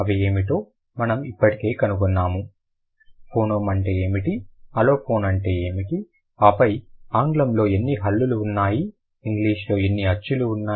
అవి ఏమిటో మనము ఇప్పటికే కనుగొన్నాము ఫోనోమ్ అంటే ఏమిటి అలోఫోన్ అంటే ఏమిటి ఆపై ఆంగ్లంలో ఎన్ని హల్లులు ఉన్నాయి ఇంగ్లీషులో ఎన్ని అచ్చులు ఉన్నాయి